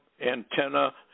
antenna